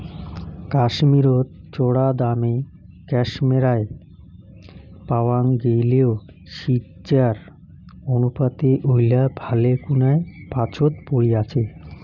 কাশ্মীরত চরাদামে ক্যাশমেয়ার পাওয়াং গেইলেও সিজ্জার অনুপাতে ঐলা ভালেকুনায় পাচোত পরি আচে